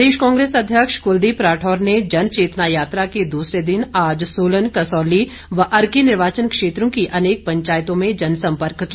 प्रदेश Congress अध्यक्ष कुलदीप राठौर ने जन चेतना यात्रा के दूसरे दिन आज सोलन कसौली व अर्की निर्वाचन क्षेत्रों की अनेक पंचायतों में जन सम्पर्क किया